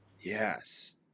Yes